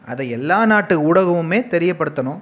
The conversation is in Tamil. அதை எல்லா நாட்டு ஊடகமும் தெரியப்படுத்தணும்